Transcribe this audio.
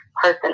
person